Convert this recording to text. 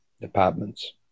departments